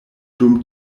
dum